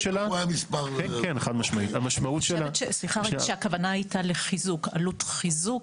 אני חושבת שהכוונה הייתה לעלות חיזוק